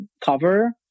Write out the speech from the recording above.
cover